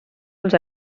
els